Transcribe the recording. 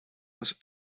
was